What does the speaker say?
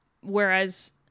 whereas